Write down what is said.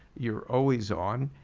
you're always on.